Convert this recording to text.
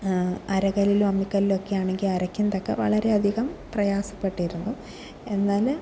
അരകല്ലിലും അമ്മിക്കല്ലിലൊക്കെയാണെങ്കിൽ അരയ്ക്കുന്നതൊക്കെ വളരെയധികം പ്രയാസപ്പെട്ടിരുന്നു എന്നാൽ